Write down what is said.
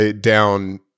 down